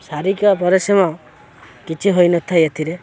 ଶାରୀରିକ ପରିଶ୍ରମ କିଛି ହୋଇନଥାଏ ଏଥିରେ